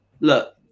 look